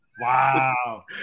Wow